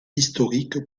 historique